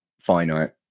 finite